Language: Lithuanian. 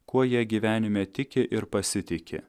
kuo jie gyvenime tiki ir pasitiki